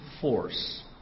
force